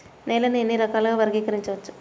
నేలని ఎన్ని రకాలుగా వర్గీకరించవచ్చు?